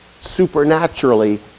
supernaturally